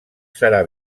serà